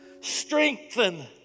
Strengthen